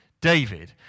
David